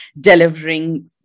delivering